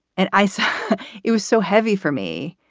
and i said it was so heavy for me.